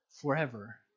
forever